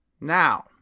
Now